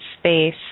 space